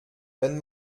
wenn